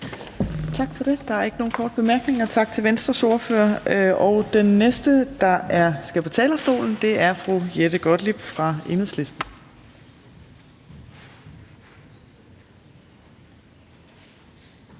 ordfører. Der er ikke nogen korte bemærkninger. Den næste, der skal på talerstolen, er fru Jette Gottlieb fra Enhedslisten.